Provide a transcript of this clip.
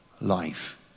life